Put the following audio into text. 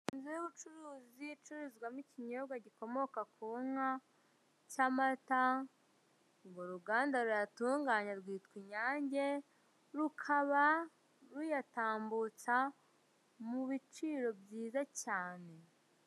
Inzu y'ubucuruzi icuruuruzwamo ikinyobwa gikomoka ku nka cy'amata uruganda ruyatunganya rwitwa inyange rukaba ruyatambutsa mu biciro byiza cyane.